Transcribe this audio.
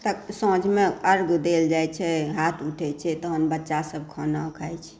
तऽ साँझमे अर्घ्य देल जाइ छै तहन हाथ उठै छै तहन बच्चा सभ खाना खाइ छै